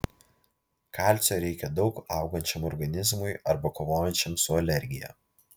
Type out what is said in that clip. kalcio reikia daug augančiam organizmui arba kovojančiam su alergija